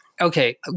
okay